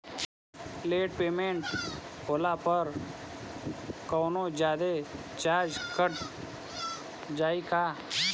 Late payment होला पर कौनोजादे चार्ज कट जायी का?